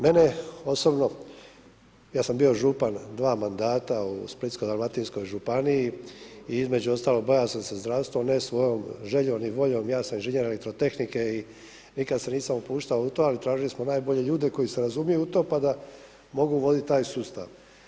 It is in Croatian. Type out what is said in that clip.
Mene osobno, ja sam bio župan dva mandata u Splitsko-dalmatinskoj županiji i između ostalog bavio sam se zdravstvom, ne svojom željom ni voljom, ja sam inženjer elektrotehnike i nikad se nisam upuštao u to ali tražili smo najbolje ljude koji se razumiju u to pa da mogu voditi taj sustav.